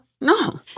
No